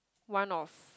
one of